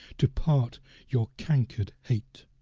to part your canker'd hate